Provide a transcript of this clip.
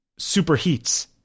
superheats